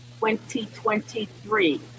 2023